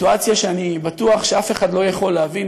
סיטואציה שאני בטוח שאף אחד לא יכול להבין,